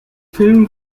film